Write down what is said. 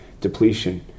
depletion